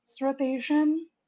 rotation